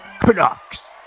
Canucks